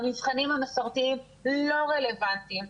המבחנים המסורתיים לא רלוונטיים,